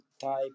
type